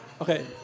Okay